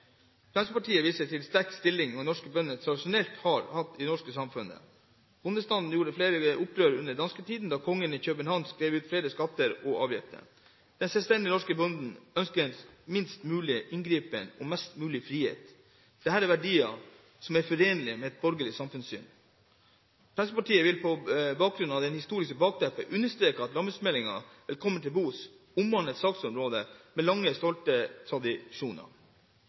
Fremskrittspartiet viser til den sterke stillingen norske bønder tradisjonelt har hatt i det norske samfunnet. Bondestanden gjorde flere opprør under dansketiden da kongen i København skrev ut flere skatter og avgifter. Den selvstendige norske bonden har ønsket minst mulig inngripen og mest mulig frihet. Dette er verdier som bare er forenlig med et borgerlig samfunnssyn. Fremskrittspartiet vil på bakgrunn av dette historiske bakteppet understreke at landbruksmeldingen Velkommen til bords omhandler et saksområde med lange og stolte tradisjoner.